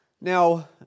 Now